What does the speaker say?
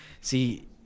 see